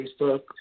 Facebook